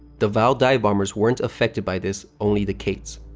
the val dive-bombers weren't affected by this, only the kates.